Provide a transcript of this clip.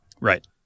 Right